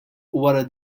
wara